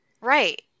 Right